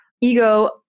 ego